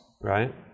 right